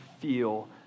feel